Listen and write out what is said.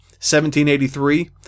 1783